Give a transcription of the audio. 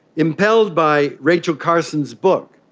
impelled by rachel carson's book,